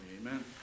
Amen